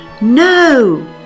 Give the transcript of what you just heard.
No